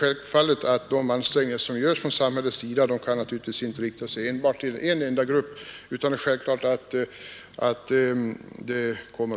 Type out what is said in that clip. Självfallet kan de ansträngningar som görs från samhällets sida för att höja säkerheten och tryggheten inte bara rikta sig till en enda grupp, utan de kommer också övriga till del. Jag statistik.